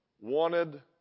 wanted